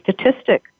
statistic